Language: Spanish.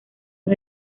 los